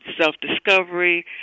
self-discovery